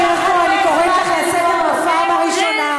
חברת הכנסת ברקו, אני קוראת אותך לסדר פעם ראשונה.